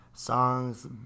songs